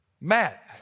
Matt